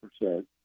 percent